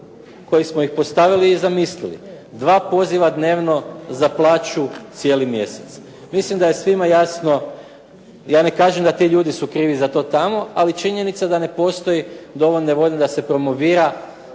koji smo ih postavili i zamislili? Dva poziva dnevno za plaću cijeli mjesec. Mislim da je svima jasno, ja ne kažem da ti ljudi su krivi za to tamo, ali činjenica je da ne postoji dovoljno volje da se promovira